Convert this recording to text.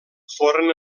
foren